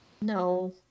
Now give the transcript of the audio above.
No